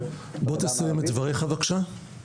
בוא תסיים את דבריך, בבקשה.